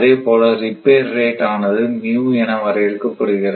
அதேபோல repair rate ஆனதுஎன வரையறுக்கப்படுகிறது